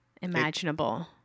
imaginable